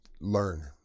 learn